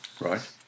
Right